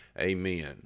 Amen